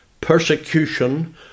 persecution